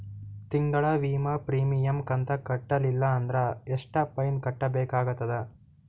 ತಿಂಗಳ ವಿಮಾ ಪ್ರೀಮಿಯಂ ಕಂತ ಕಟ್ಟಲಿಲ್ಲ ಅಂದ್ರ ಎಷ್ಟ ಫೈನ ಕಟ್ಟಬೇಕಾಗತದ?